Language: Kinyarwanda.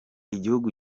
igihugu